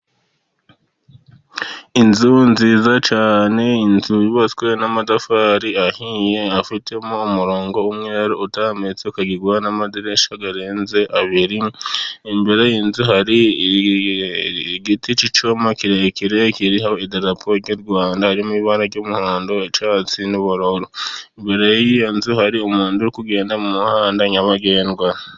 Inzu nziza cyane, inzu yubatswe n'amatafari ahiye afitemo umurongo w'umweru utambitse ,ukagirwa n'amadirishya arenze abiri ,imbere y'inzu hari igiti cy'icyuma kirekire kiriho idarapo ry'u Rwanda, harimo ibara ry'umuhondo, icyatsi n'ubururu, imbere y'iyo nzu hari umuntu uri kugenda mu muhanda nyabagendwa.